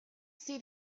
see